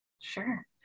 Sure